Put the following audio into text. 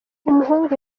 umuhungu